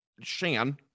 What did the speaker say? Shan